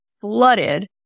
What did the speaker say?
flooded